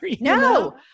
No